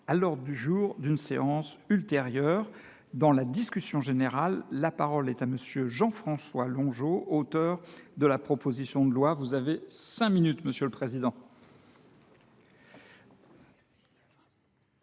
à l’ordre du jour d’une séance ultérieure. Dans la discussion générale, la parole est à M. Jean François Longeot, auteur de la proposition de loi. Monsieur le président,